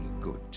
good